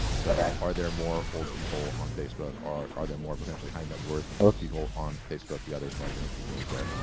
so are there more old people on facebook? are are there more potentially high-net-worth people on facebook? yeah, there's no and argument to be made there.